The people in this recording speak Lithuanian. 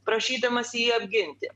prašydamas jį apginti